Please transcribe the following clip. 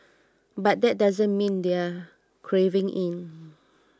but that doesn't mean they're caving in